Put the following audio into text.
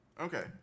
Okay